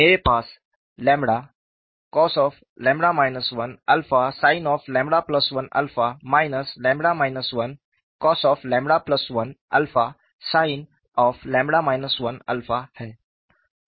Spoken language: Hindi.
मेरे पास cos 1sin1 1cos1sin 1 है